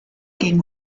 gegen